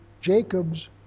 Jacob's